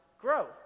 grow